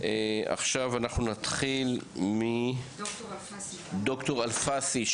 אנחנו נתחיל מד״ר אלפסי.